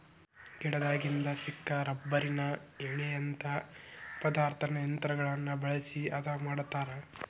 ಗಿಡದಾಗಿಂದ ಸಿಕ್ಕ ರಬ್ಬರಿನ ಎಣ್ಣಿಯಂತಾ ಪದಾರ್ಥಾನ ಯಂತ್ರಗಳನ್ನ ಬಳಸಿ ಹದಾ ಮಾಡತಾರ